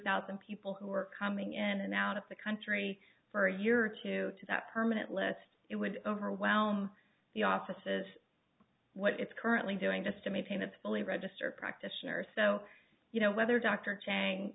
thousand people who are coming in and out of the country for a year or two to that permanent lest it would overwhelm the offices what it's currently doing just to maintain its fully register practitioner so you know whether dr chang